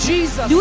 Jesus